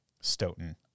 Stoughton